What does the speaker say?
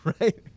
right